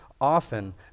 often